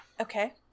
Okay